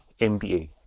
MBA